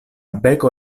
beko